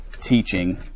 teaching